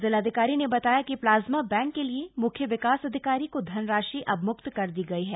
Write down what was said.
जिलाधिकारी ने बताया कि प्लाज्मा बैंक के लिए मुख्य विकास अधिकारी को धनराशि अवम्क्त कर दी गयी है